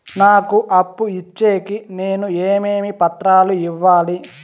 నాకు అప్పు ఇచ్చేకి నేను ఏమేమి పత్రాలు ఇవ్వాలి